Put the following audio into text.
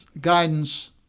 guidance